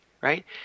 right